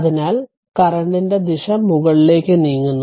അതിനാൽ കറന്റിന്റെ ദിശ മുകളിലേക്ക് നീങ്ങുന്നു